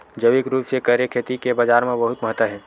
जैविक रूप से करे खेती के बाजार मा बहुत महत्ता हे